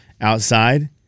outside